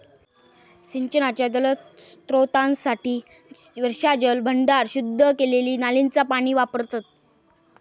सिंचनाच्या जलस्त्रोतांसाठी वर्षाजल भांडार, शुद्ध केलेली नालींचा पाणी वापरतत